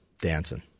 dancing